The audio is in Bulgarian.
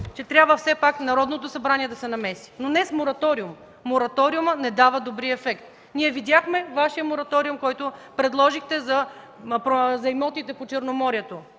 че все пак Народното събрание трябва да се намеси. Но не с мораториум. Мораториумът не дава добри ефекти. Ние видяхме Вашия мораториум, който предложихте за имотите по Черноморието.